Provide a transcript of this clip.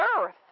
earth